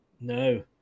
No